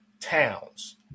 towns